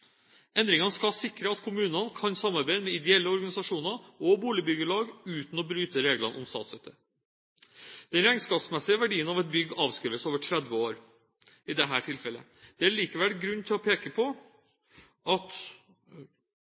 Endringene skal sikre at kommunene kan samarbeide med ideelle organisasjoner og boligbyggelag uten å bryte reglene om statsstøtte. Den regnskapsmessige verdien av et bygg avskrives over 30 år i dette tilfellet. Det er likevel grunn til å peke på at